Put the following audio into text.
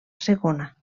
segona